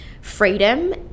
freedom